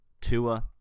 Tua